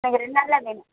எனக்கு ரெண்டு நாளில் வேணும்